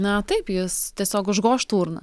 na taip jis tiesiog užgožtų urną